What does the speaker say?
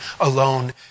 alone